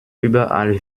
überall